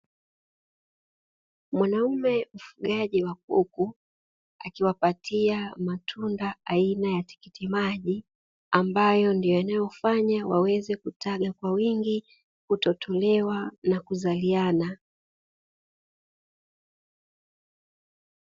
Mwanaume mfugaji wa kuku, akiwapatia matunda aina ya tikitimaji, ambayo ndio yanayofanya waweze kutaga kwa wingi, kutotolewa na kuzaliana.